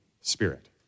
Spirit